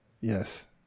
Yes